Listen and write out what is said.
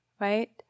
right